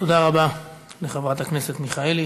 תודה רבה לחברת הכנסת מיכאלי.